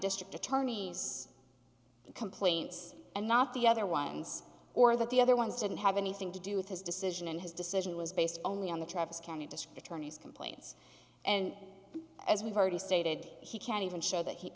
district attorney's complaints and not the other ones or that the other ones didn't have anything to do with his decision and his decision was based only on the travis county district attorney's complaints and as we've already stated he can't even show that he